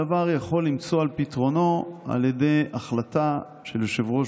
הדבר יכול למצוא את פתרונו על ידי החלטה של יושב-ראש